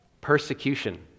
Persecution